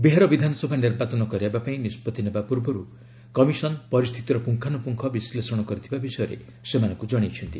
ବିହାର ବିଧାନସଭା ନିର୍ବାଚନ କରାଇବା ପାଇଁ ନିଷ୍ପଭି ନେବା ପୂର୍ବରୁ କମିଶନ୍ ପରିସ୍ଥିତିର ପୁଙ୍ଗାନୁପୁଙ୍ଗ ବିଶ୍ଳେଷଣ କରିଥିବା ବିଷୟରେ ସେମାନଙ୍କୁ ଜଣାଇଛନ୍ତି